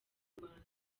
rwanda